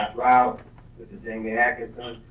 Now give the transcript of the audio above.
geraldo mrs. jamie atkinson,